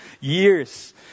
years